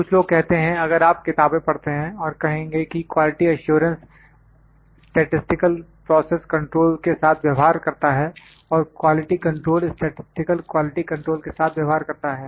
कुछ लोग कहते हैं अगर आप किताबें पढ़ते हैं और कहेंगे कि quality assurance statistical process control के साथ व्यवहार करता है और quality control statistical quality control के साथ व्यवहार करता है